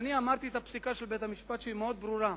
אמרתי את הפסיקה של בית-המשפט, שהיא מאוד ברורה.